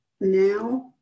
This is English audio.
now